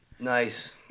Nice